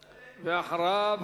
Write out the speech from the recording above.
בבקשה.